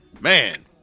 man